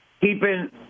keeping